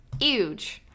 huge